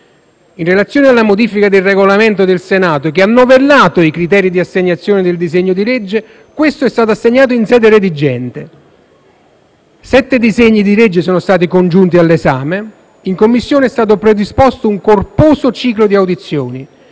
In relazione alla modifica del Regolamento del Senato che ha novellato i criteri di assegnazione dei disegni di legge, questo è stato assegnato in sede redigente. Sette disegni di legge sono stati poi congiunti all'esame ed in Commissione è stato predisposto un corposo ciclo di audizioni,